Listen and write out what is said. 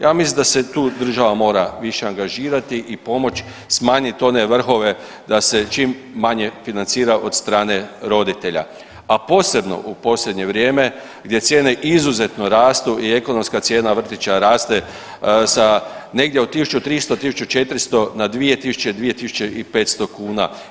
Ja mislim da se tu država mora više angažirati i pomoć smanjiti one vrhove da se čim manje financira od strane roditelja, a posebno u posljednje vrijeme gdje cijene izuzetno rastu i ekonomska cijena vrtića raste sa negdje od 1.300, 1.400, na 2.000, 2.500 kuna.